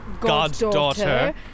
Goddaughter